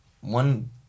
one